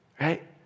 right